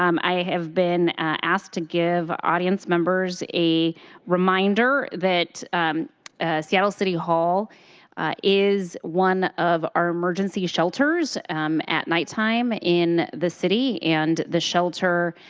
um i have been asked to give audience members a reminder that seattle city hall is one of our emergency shelters at nighttime, in the city, and the shelter